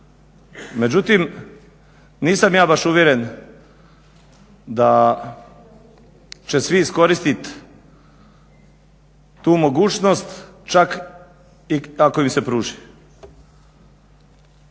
Međutim, nisam ja baš uvjeren da će svi iskoristit tu mogućnost čak i ako im se pruži.